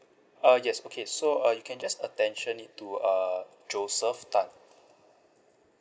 uh yes okay so uh you can attention it to uh joseph tan